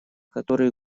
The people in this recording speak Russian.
которые